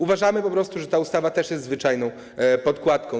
Uważamy po prostu, że ta ustawa też jest zwyczajną podkładką.